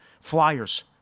Flyers